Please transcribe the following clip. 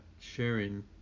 sharing